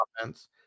offense